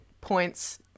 points